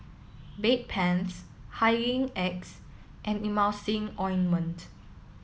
Bedpans Hygin X and Emulsying Ointment